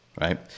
right